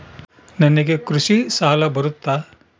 ನನಗೆ ಕೃಷಿ ಸಾಲ ಬರುತ್ತಾ?